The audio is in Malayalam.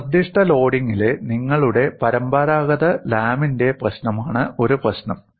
ഒരു നിർദ്ദിഷ്ട ലോഡിംഗിലെ നിങ്ങളുടെ പരമ്പരാഗത ലാമിന്റെ പ്രശ്നമാണ് ഒരു പ്രശ്നം